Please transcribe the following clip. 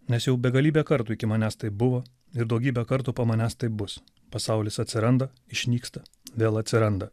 nes jau begalybę kartų iki manęs tai buvo ir daugybę kartų po manęs taip bus pasaulis atsiranda išnyksta vėl atsiranda